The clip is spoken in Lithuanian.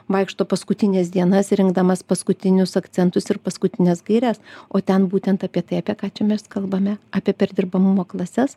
vaikšto paskutines dienas rinkdamas paskutinius akcentus ir paskutines gaires o ten būtent apie tai apie ką čia mes kalbame apie perdirbamumo klases